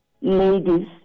Ladies